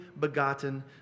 begotten